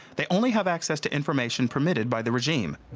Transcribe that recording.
they only have access to information permitted by the regime.